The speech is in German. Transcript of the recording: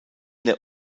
der